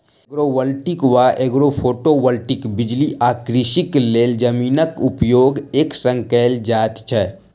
agrovoltaic वा agrophotovoltaic बिजली आ कृषिक लेल जमीनक उपयोग एक संग कयल जाइत छै